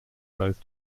both